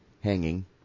hanging